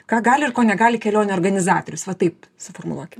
ką gali ir ko negali kelionių organizatorius va taip suformuluokim